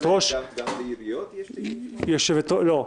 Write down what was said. גם לעיריות יש --- לא.